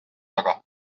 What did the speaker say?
taga